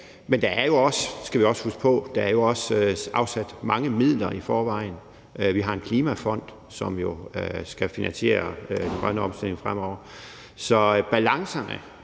Men der er jo også, skal vi huske på, afsat mange midler i forvejen. Vi har en klimafond, som jo skal finansiere den grønne omstilling fremover. Så når